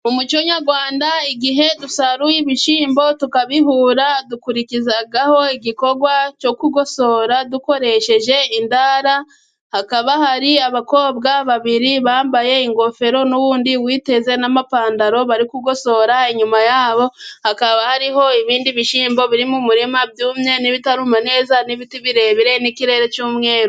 Mu muco nyarwanda igihe dusaruye ibishyimbo tukabihura dukurikizaho igikorwa cyo kugosora dukoresheje intara. Hakaba hari abakobwa babiri bambaye ingofero n'undi witeze n'amapantaro bari kugosora. Inyuma yabo hakaba hari ibindi bishyimbo biri mu murima byumye n'ibitaruma neza n'ibiti birebire n'ikirere cy'umweru.